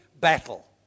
battle